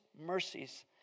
mercies